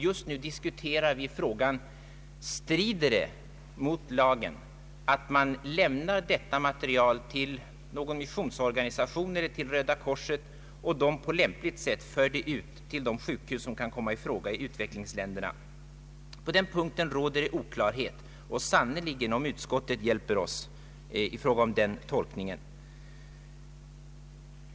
Just nu diskuterar vi frågan: Strider det mot lagen att man lämnar denna materiel till någon missionsorganisation eller till Röda korset som på lämpligt sätt vidarebefordrar det till de sjukhus vilka kan komma i fråga i utvecklingsländerna? På den punkten råder oklarhet, och sannerligen hjälper utskottet inte oss med den tolkningen.